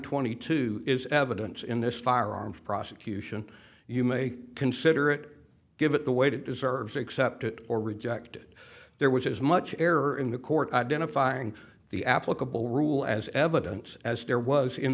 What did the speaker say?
twenty two is evidence in this firearm for prosecution you may consider it give it the way to deserves accepted or rejected there was as much error in the court identifying the applicable rule as evidence as there was in